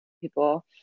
people